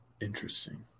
Interesting